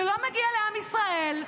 שלא מגיע לעם ישראל,